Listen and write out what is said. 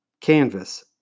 canvas